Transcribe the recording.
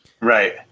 right